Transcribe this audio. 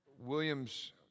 Williams